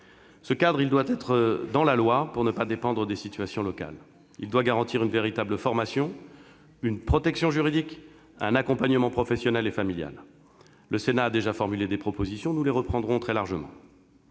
Ce cadre doit être inscrit dans la loi pour ne pas dépendre des situations locales. Il doit garantir une véritable formation, une protection juridique, un accompagnement professionnel et familial. Le Sénat a déjà formulé des propositions ; nous les reprendrons très largement.